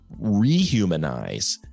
rehumanize